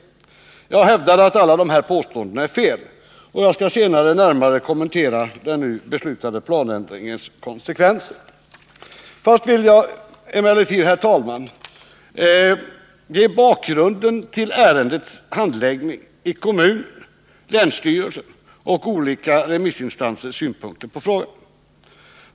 Jag hävdar att alla dessa påståenden är felaktiga, och jag skall senare närmare kommentera den nu beslutade planändringens konsekvenser. Först vill jag emellertid, herr talman, ge bakgrunden till ärendets handläggning i kommunen och länsstyrelsen samt redovisa olika remissinstansers synpunkter på frågan.